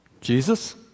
Jesus